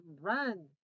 run